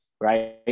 right